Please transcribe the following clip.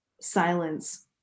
silence